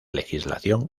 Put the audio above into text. legislación